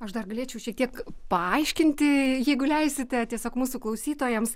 aš dar galėčiau šiek tiek paaiškinti jeigu leisite tiesiog mūsų klausytojams